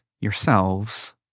yourselves